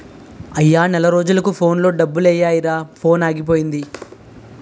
అయ్యా నెల రోజులకు ఫోన్లో డబ్బులెయ్యిరా ఫోనాగిపోయింది